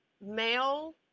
Male